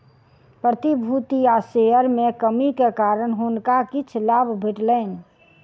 प्रतिभूति आ शेयर में कमी के कारण हुनका किछ लाभ भेटलैन